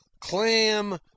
clam